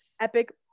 Epic